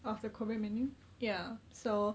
of the korean menu ya so